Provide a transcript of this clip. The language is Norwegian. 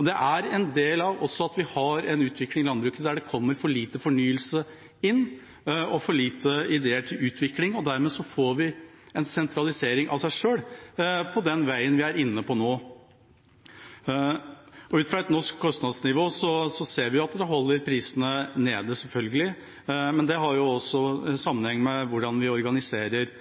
Dette er også en del av de tendensene vi har i landbruket, med at det er for lite fornyelse og for få ideer til utvikling. Dermed skjer sentraliseringen av seg selv når vi er inne på den veien vi er inne på nå. Ut fra et norsk kostnadsnivå ser vi at det holder prisene nede – selvfølgelig – men det har jo også sammenheng med hvordan vi organiserer